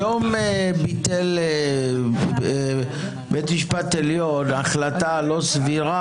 היום ביטל בית המשפט העליון החלטה לא סבירה